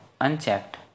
unchecked